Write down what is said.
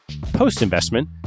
Post-investment